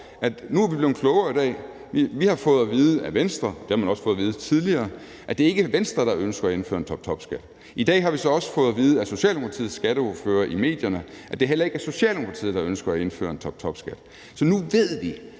nu er blevet klogere i dag. Vi har fået at vide af Venstre – det har man også fået at vide tidligere – at det ikke er Venstre, der ønsker at indføre en toptopskat. I dag har vi så også fået at vide af Socialdemokratiets skatteordfører i medierne, at det heller ikke er Socialdemokratiet, der ønsker at indføre en toptopskat. Så nu ved vi,